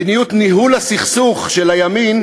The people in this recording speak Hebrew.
מדיניות ניהול הסכסוך של הימין